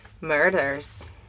Murders